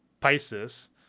Pisces